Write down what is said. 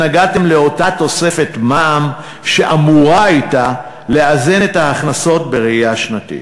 התנגדתם לאותה תוספת מע"מ שאמורה הייתה לאזן את ההכנסות בראייה שנתית.